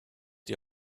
die